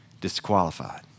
disqualified